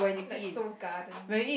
like Seoul-Garden